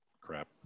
crap